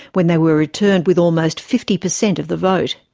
when they were returned with almost fifty per cent of the vote.